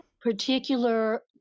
particular